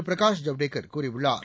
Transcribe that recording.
பிரகாஷ் ஜவ்டேகர் கூறியுள்ளார்